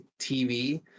TV